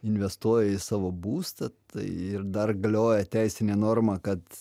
investuoja į savo būstą tai ir dar galioja teisinė norma kad